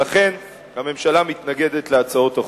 לכן, הממשלה מתנגדת להצעות החוק.